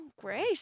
great